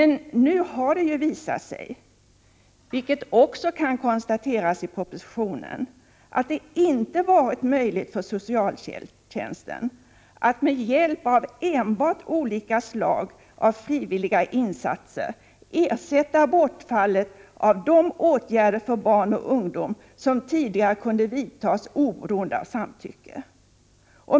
Nu har det visat sig, vilket också konstateras i propositionen, att det inte har varit möjligt för socialtjänsten att med hjälp av enbart olika slag av frivilliga insatser ersätta bortfallet av de åtgärder för barn och ungdom som tidigare kunde vidtas oberoende av samtycke.